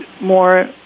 more